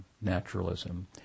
naturalism